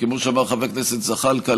כמו שאמר חבר הכנסת זחאלקה,